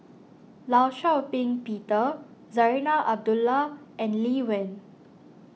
Law Shau Ping Peter Zarinah Abdullah and Lee Wen